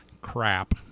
crap